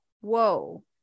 Whoa